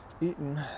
eaten